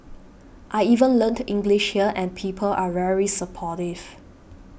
I even learnt English here and people are very supportive